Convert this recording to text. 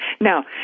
Now